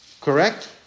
Correct